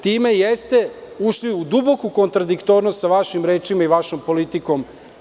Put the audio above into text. Time ste ušli u duboku kontradiktornost sa vašim rečima i vašom politikom.